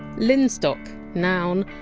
linstock, noun,